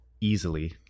easily